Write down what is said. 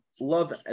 love